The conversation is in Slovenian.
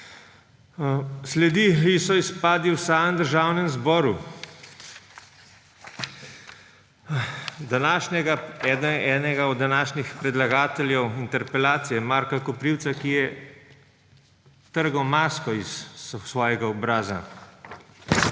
Sledili so izpadi v samem Državnem zboru enega od današnjih predlagateljev interpelacije Marka Koprivca, ki je trgal masko s svojega obraza.